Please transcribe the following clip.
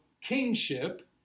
kingship